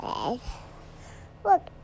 Look